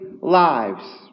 lives